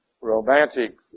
romantic